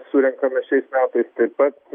surenkame šiais metais taip pat